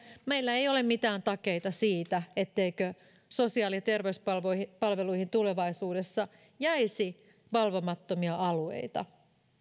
meillä ei ole mitään takeita siitä etteikö sosiaali ja terveyspalveluihin tulevaisuudessa jäisi valvomattomia alueita